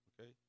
Okay